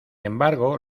embargo